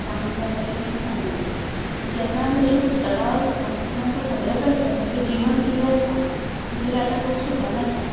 जें आमी केन्ना चिंतीच ना हेजेर आनी जेन्ना आमी अशीं पुस्तकां वाचता तेन्ना आमकां सगळे कळटा तेंचेर जिवन किदें आसा आमी तरी आतां खूब सुकान आसा